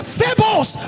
fables